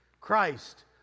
Christ